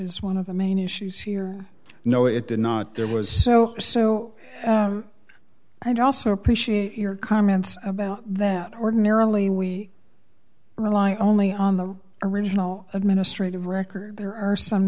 is one of the main issues here no it did not there was so so i'd also appreciate your comments about that ordinarily we rely only on the original administrative record there are some